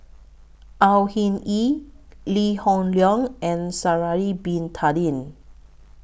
Au Hing Yee Lee Hoon Leong and Sha'Ari Bin Tadin